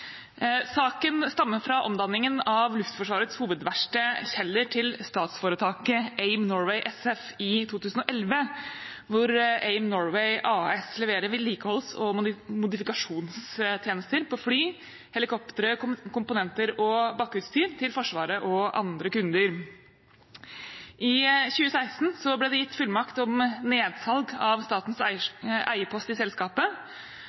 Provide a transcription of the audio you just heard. Saken stammer fra omdanningen av Luftforsvarets hovedverksted Kjeller til statsforetaket AIM Norway SF i 2011. AIM Norway AS leverer vedlikeholds- og modifikasjonstjenester til fly, helikoptre, komponenter og bakkeutstyr til Forsvaret og andre kunder. I 2016 ble det gitt fullmakt om nedsalg av statens eierpost i selskapet,